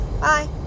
bye